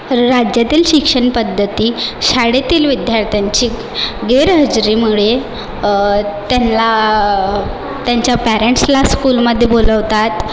राज्यातील शिक्षण पध्दती शाळेतील विद्यार्थ्यांच्या गैरहजेरीमुळे त्यांना त्यांच्या पॅरेंटसला स्कूलमध्ये बोलावतात